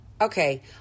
okay